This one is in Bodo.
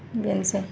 बेनोसै